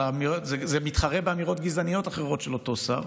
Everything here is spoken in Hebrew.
אבל זה מתחרה באמירות גזעניות אחרות של אותו שר.